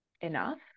enough